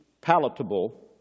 palatable